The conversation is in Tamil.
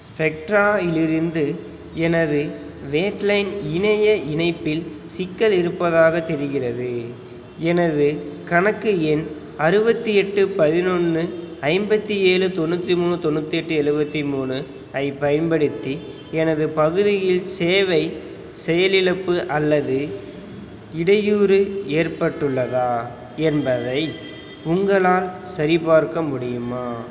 ஸ்பெக்ட்ராயிலிருந்து எனது வேட்லைன் இணைய இணைப்பில் சிக்கல் இருப்பதாக தெரிகிறது எனது கணக்கு எண் அறுவத்தி எட்டு பதினொன்னு ஐம்பத்தி ஏலு தொண்ணூத்தி மூணு தொண்ணூத்தி எட்டு எலுவத்தி மூணு ஐப் பயன்படுத்தி எனது பகுதியில் சேவை செயலிழப்பு அல்லது இடையூறு ஏற்பட்டுள்ளதா என்பதை உங்களால் சரிபார்க்க முடியுமா